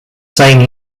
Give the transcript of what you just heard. same